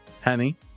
Henny